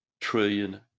trillion